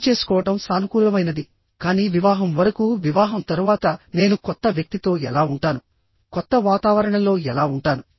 పెళ్లి చేసుకోవడం సానుకూలమైనది కానీ వివాహం వరకు వివాహం తరువాత నేను కొత్త వ్యక్తితో ఎలా ఉంటాను కొత్త వాతావరణంలో ఎలా ఉంటాను